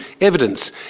evidence